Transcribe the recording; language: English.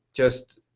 just